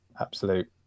absolute